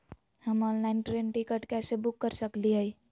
हम online train ticket कैसे book कर सकली हई?